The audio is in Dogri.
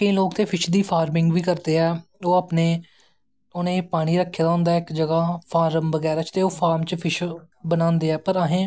केंई लोग ते फिश दा फार्मिंग बी करदे आं ओह् अपनें उनें पानी रक्खे दा होंदा ऐ इक जगाह् ते ओह् फिश बनांदे ऐं पर असैं